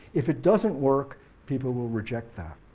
if it doesn't work people will reject that.